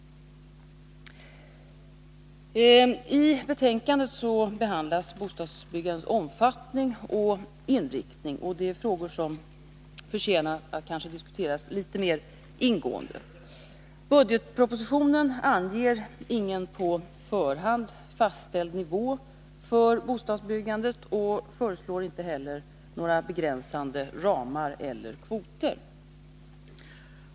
I betänkandet behandlas bostadsbyggandets omfattning och inriktning. Det är frågor som förtjänar att diskuteras litet mer ingående. I budgetpropositionen anges ingen på förhand fastställd nivå för bostadsbyggandet. Där föreslås inte heller några begränsande ramar eller kvoter.